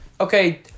okay